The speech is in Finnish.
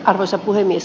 arvoisa puhemies